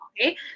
Okay